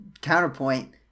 counterpoint